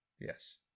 Yes